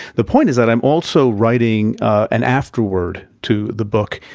the point is that i'm also writing an afterword to the book,